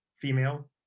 female